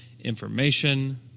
information